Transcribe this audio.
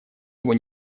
его